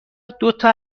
دوتا